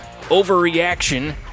overreaction